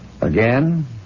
Again